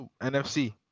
NFC